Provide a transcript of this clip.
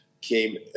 came